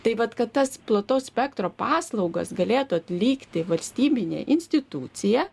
tai vat kad tas plataus spektro paslaugas galėtų atlikti valstybinė institucija